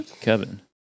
Kevin